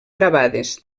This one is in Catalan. gravades